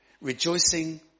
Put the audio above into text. rejoicing